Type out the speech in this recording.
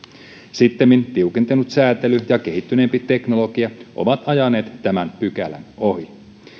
sittemmin tiukentunut sääntely ja kehittyneempi teknologia ovat ajaneet tämän pykälän ohi